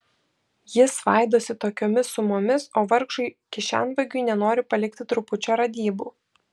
jis svaidosi tokiomis sumomis o vargšui kišenvagiui nenori palikti trupučio radybų